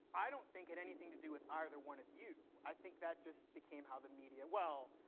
i don't think had anything to do with either one of you, i think that just became how the media well,